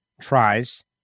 tries